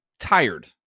tired